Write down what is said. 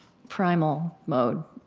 primal mode,